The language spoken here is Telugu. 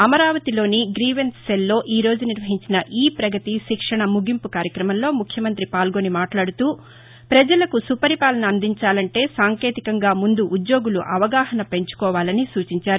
అమరావతిలోని గ్రీవెన్స్ సెల్లో ఈ రోజు నిర్వహించిన ఈ ప్రగతి శిక్షణ ముగింపు కార్యక్రమంలో ముఖ్యమంతి పాల్గొని మాట్లాడుతూ పజలకు సుపరిపాలన అందించాలంటే సాంకేతికంగా ముందు ఉద్యోగులు అవగాహన పెంచుకోవాలని సూచించారు